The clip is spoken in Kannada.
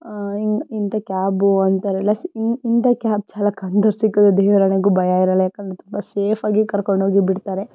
ಇನ್ ಇಂಥ ಕ್ಯಾಬ್ ಅಂಥವರೆಲ್ಲ ಇನ್ ಇಂಥ ಕ್ಯಾಬ್ ಚಾಲಕ ಅಂಥವರು ಸಿಕ್ಕಿದರೆ ದೇವರಾಣೆಗೂ ಭಯ ಇರಲ್ಲ ಯಾಕೆಂದರೆ ತುಂಬ ಸೇಫ್ ಆಗಿ ಕರ್ಕೊಂಡೋಗಿ ಬಿಡ್ತಾರೆ